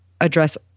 address